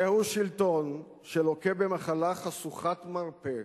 זהו שלטון שלוקה במחלה חשוכת מרפא,